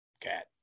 Cat